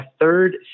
third